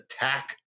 attack